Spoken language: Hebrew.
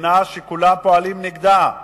מדינה שכולם פועלים נגדה,